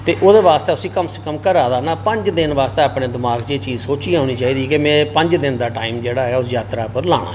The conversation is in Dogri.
ते ओह्दे आस्तै उसी कम से कम घरा दा पंज दिन आस्तै अपने दमाग च एह् चीज़ सोचियै ओनी चाहिदी कि में पंज दिन दा टाइम जेहड़ा एह् ओह् यात्रा उप्पर लाना में